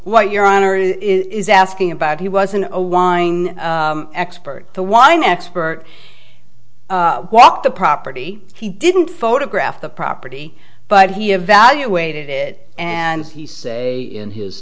what your honor is asking about he wasn't a wine expert the wine expert the property he didn't photograph the property but he evaluated it and he say in his